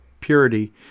purity